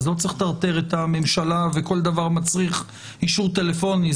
אז לא צריך לטרטר את הממשלה וכל דבר מצריך אישור טלפוני.